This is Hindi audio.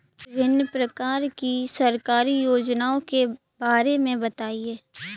विभिन्न प्रकार की सरकारी योजनाओं के बारे में बताइए?